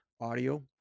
Audio